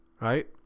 right